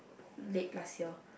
late last year